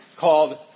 called